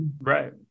Right